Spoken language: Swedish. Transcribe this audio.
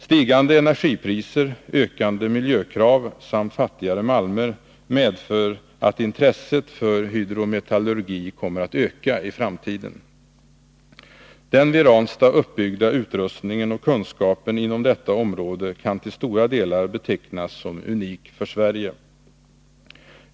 Stigande energipriser, ökande miljökrav samt fattigare malmer medför att intresset för hydrometallurgi kommer att öka i framtiden. Den vid Ranstad uppbyggda utrustningen och kunskapen inom detta område kan till stora delar betecknas som unik för Sverige.